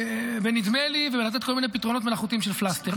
בנדמה לי ולתת כל מיני פתרונות מלאכותיים של פלסטר.